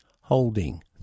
Holding